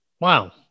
Wow